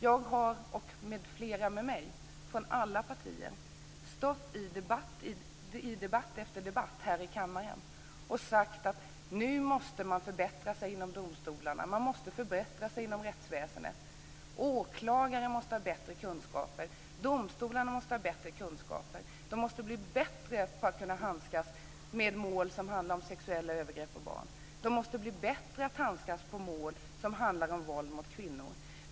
Jag och flera med mig från alla partier har i debatt efter debatt här i kammaren sagt att man nu måste förbättra sig inom domstolarna. Man måste förbättra sig inom rättsväsendet. Åklagare måste ha bättre kunskaper. Domstolarna måste ha bättre kunskaper. De måste bli bättre på att handskas med mål som handlar om sexuella övergrepp på barn. De måste bli bättre på att handskas med mål som handlar om våld mot kvinnor.